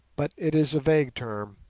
but it is a vague term,